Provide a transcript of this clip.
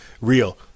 real